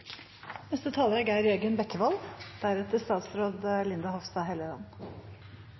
Neste taler er statsråd